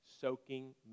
soaking